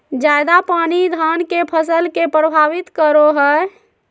ज्यादा पानी धान के फसल के परभावित करो है?